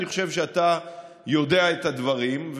ואני חושב שאתה יודע את הדברים.